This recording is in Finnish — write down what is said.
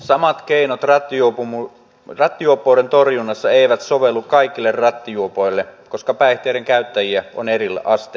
samat keinot rattijuoppouden torjunnassa eivät sovellu kaikille rattijuopoille koska päihteiden käyttäjiä on eriasteisia